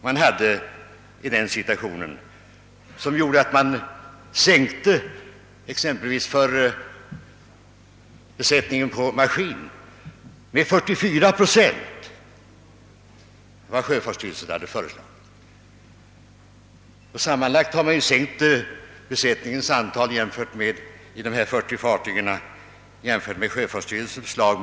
Vad finns det för skäl till att i denna situation exempelvis minska besättningsantalet på maskinsidan, som sjöfartsstyrelsen föreslagit, med 44 procent? Sammanlagt har detta i dessa 40 fartyg minskats med ett par hundra man jämfört med sjöfartsstyrelsens förslag.